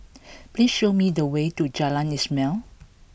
please show me the way to Jalan Ismail